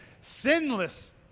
sinless